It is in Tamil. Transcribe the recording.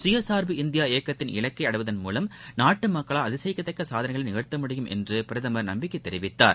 சுயசார்பு இந்தியா இயக்கத்தின் இலக்கை அடைவதன் மூலம் நாட்டு மக்களால் அதிசயிக்கத்தக்க சாதனைகளை நிகழ்த்த முடியும் என்று பிரதமர் நம்பிக்கை தெரிவித்தார்